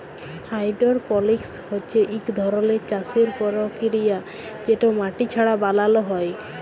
hydroponics হছে ইক ধরলের চাষের পরকিরিয়া যেট মাটি ছাড়া বালালো হ্যয়